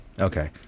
Okay